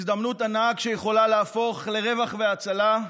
הזדמנות ענק שיכולה להפוך לרווח והצלה,